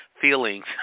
feelings